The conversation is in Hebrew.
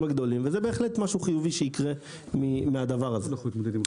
הגדולים וזה בהחלט משהו חיובי שיקרה מהדבר הזה.